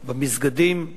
במסגדים,